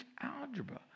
algebra